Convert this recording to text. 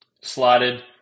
slotted